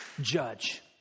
Judge